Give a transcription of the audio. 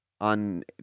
On